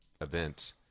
event